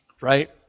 Right